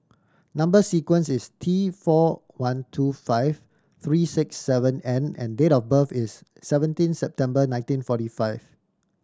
number sequence is T four one two five three six seven N and date of birth is seventeen September nineteen forty five